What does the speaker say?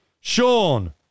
Sean